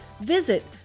visit